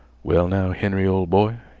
well, now, henry, ol' boy,